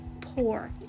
poor